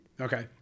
Okay